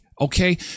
Okay